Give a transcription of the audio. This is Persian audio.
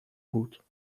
بود